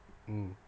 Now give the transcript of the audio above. mm